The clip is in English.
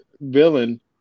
Villain